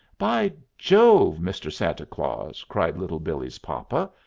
by jove, mr. santa claus, cried little billee's papa,